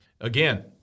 again